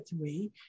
three